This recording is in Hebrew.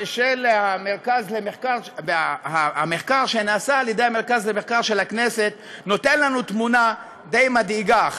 שנעשה על-ידי המרכז למחקר ולמידע של הכנסת נותן לנו תמונה מדאיגה למדי,